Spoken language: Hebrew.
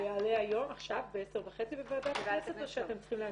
זה יעלה היום ב-10:30 בוועדת הכנסת או שאתם צריכים להניח?